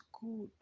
good